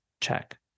check